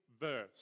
verse